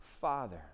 father